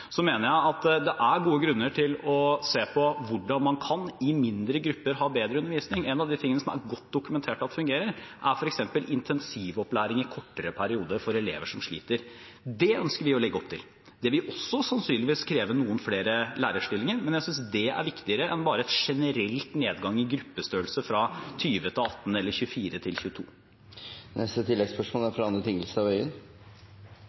Jeg mener det er gode grunner til å se på hvordan man i mindre grupper kan ha bedre undervisning. En av de tingene som det er godt dokumentert at fungerer, er f.eks. intensivopplæring i kortere perioder for elever som sliter. Det ønsker vi å legge opp til. Det vil også sannsynligvis kreve noen flere lærerstillinger, men jeg synes det er viktigere enn en generell nedgang i gruppestørrelse fra 20 til 18 eller fra 24 til